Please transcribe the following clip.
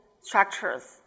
structures